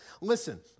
Listen